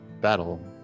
battle